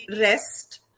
rest